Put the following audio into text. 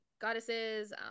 Goddesses